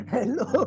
Hello